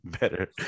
better